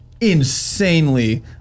Insanely